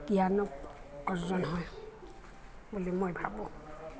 জ্ঞান অৰ্জন হয় বুলি মই ভাবোঁ